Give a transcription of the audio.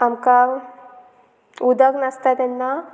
आमकां उदक नासता तेन्ना